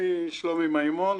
שמי שלומי מימון,